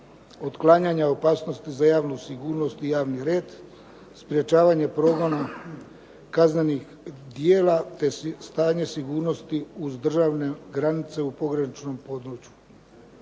otklanjanja opasnosti za javnu sigurnost i javni red, sprječavanje progona kaznenih djela te stanje sigurnosti uz državne granice u pograničnom području.